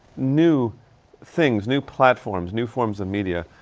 new things, new platforms, new forms of media,